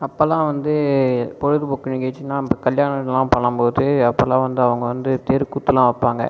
அப்போல்லா வந்து பொழுதுபோக்கு நிகழ்ச்சின்னா கல்யாணம்லா பண்ணும் போது அப்போல்லா வந்து அவங்க வந்து தெருக்கூத்துலாம் வைப்பாங்க